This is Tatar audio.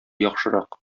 яхшырак